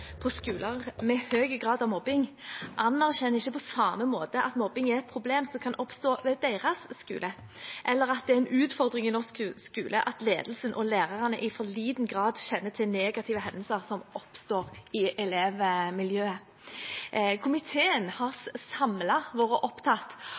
mobbing er et problem som kan oppstå ved deres skole, og at det er en utfordring i norsk skole at ledelse og lærere i for liten grad kjenner til negative hendelser som oppstår i elevmiljøet. Komiteen